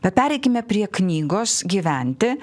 bet pereikime prie knygos gyventi